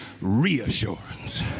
reassurance